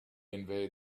invade